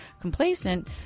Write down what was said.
complacent